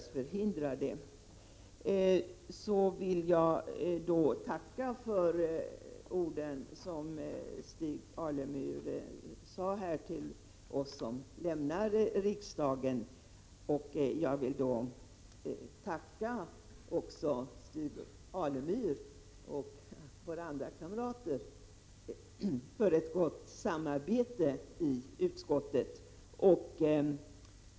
Så vill jag tacka för orden som Stig Alemyr sade till oss som lämnar riksdagen. Jag vill också tacka Stig Alemyr och våra andra kamrater för ett gott samarbete i utskottet.